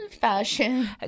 fashion